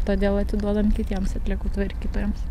todėl atiduodam kitiems atliekų tvarkytojams